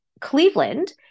Cleveland